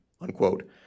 unquote